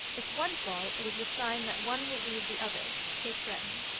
if one fall, it is a sign that one will leave the other. cape breton.